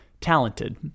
talented